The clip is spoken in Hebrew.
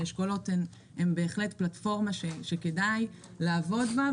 האשכולות הם בהחלט פלטפורמה שכדאי לעבוד בה,